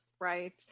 Right